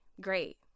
great